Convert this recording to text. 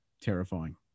terrifying